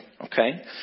okay